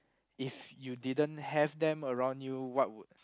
if you didn't have them around you what would